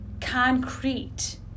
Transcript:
concrete